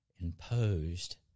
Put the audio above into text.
imposed